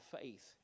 faith